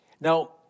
Now